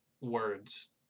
words